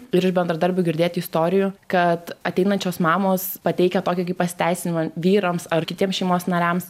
ir iš bendradarbių girdėti istorijų kad ateinančios mamos pateikia tokį kaip pasiteisinimą vyrams ar kitiems šeimos nariams